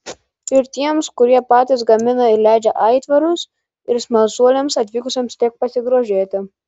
ir tiems kurie patys gamina ir leidžia aitvarus ir smalsuoliams atvykusiems tik pasigrožėti